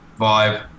vibe